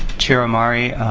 chair omari,